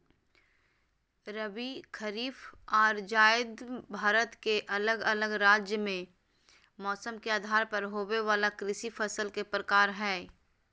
रबी, खरीफ आर जायद भारत के अलग अलग राज्य मे मौसम के आधार पर होवे वला कृषि फसल के प्रकार हय